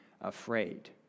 afraid